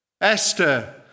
Esther